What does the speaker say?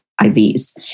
IVs